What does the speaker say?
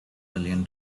million